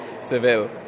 Seville